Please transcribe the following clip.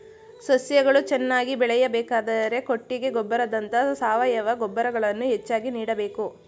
ಸಸ್ಯಗಳು ಚೆನ್ನಾಗಿ ಬೆಳೆಯಬೇಕಾದರೆ ಕೊಟ್ಟಿಗೆ ಗೊಬ್ಬರದಂತ ಸಾವಯವ ಗೊಬ್ಬರಗಳನ್ನು ಹೆಚ್ಚಾಗಿ ನೀಡಬೇಕು